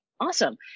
Awesome